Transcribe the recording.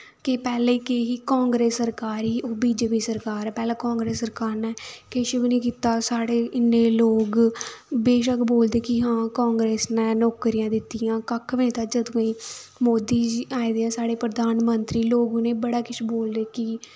के पैह्लें केह् ही कांग्रेस सरकार ही हून बी जे पी सरकार ऐ पैह्लें कांग्रेस सरकार ने किश बी नी कीता साढ़े इन्ने लोग बेशक बोलदे कि हां काग्रेंस ने नौकरियां दित्तियां कक्ख बी दित्ती जदूएं दी मोदी जी आए दे ऐं साढ़े प्रधानमंत्री लोक उ'नेंगी बड़ा किश बोलदे कि